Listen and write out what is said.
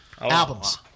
Albums